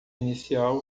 inicial